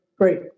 great